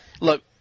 look